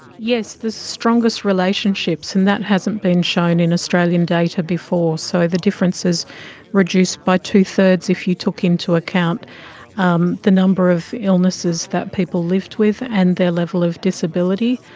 yes, the strongest relationships, and that hasn't been shown in australian data before, so the difference is reduced by two-thirds if you took into account um the number of illnesses that people lived with and their level of disability,